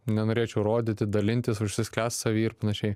nenorėčiau rodyti dalintis užsisklęst savy ir panašiai